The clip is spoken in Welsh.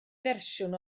fersiwn